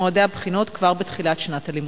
מועדי הבחינות כבר בתחילת שנת הלימודים?